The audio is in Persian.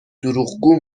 دروغگو